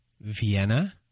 Vienna